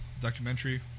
documentary